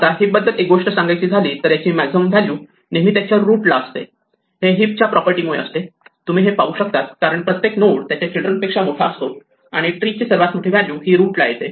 आता हिप बद्दल एक गोष्ट सांगायची झाली तर याची मॅक्सीमम व्हॅल्यू नेहमी त्याच्या रूट लाअसते हे हीप च्या प्रॉपर्टी मुळे असते हे तुम्ही पाहू शकतात कारण प्रत्येक नोड त्याच्या चिल्ड्रन पेक्षा मोठा असतो आणि ट्री ची सर्वात मोठी व्हॅल्यू ही रूट ला येते